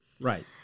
Right